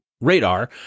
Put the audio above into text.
radar